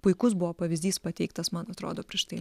puikus buvo pavyzdys pateiktas man atrodo prieš tai